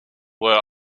were